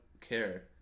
care